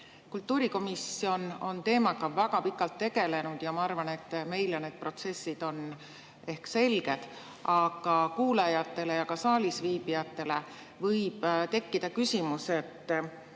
Kultuurikomisjon on teemaga väga pikalt tegelenud ja ma arvan, et meile on need protsessid ehk selged. Aga kuulajatel ja ka saalis viibijatel võib tekkida küsimus, et